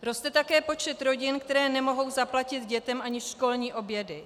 Roste také počet rodin, které nemohou zaplatit dětem ani školní obědy.